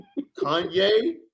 Kanye